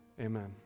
Amen